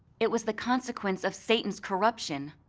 it was the consequence of satan's corruption.